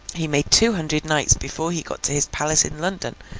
he made two hundred knights before he got to his palace in london,